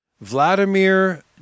Vladimir